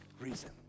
reason